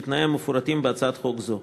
שתנאיה מפורטים בהצעת חוק זו.